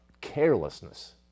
carelessness